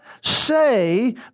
say